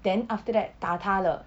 then after that 打他了